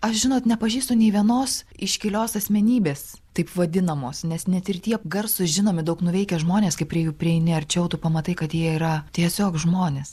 aš žinot nepažįstu nė vienos iškilios asmenybės taip vadinamos nes net ir tie garsūs žinomi daug nuveikę žmonės kai prie jų prieini arčiau tu pamatai kad jie yra tiesiog žmonės